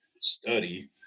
study